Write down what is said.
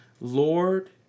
Lord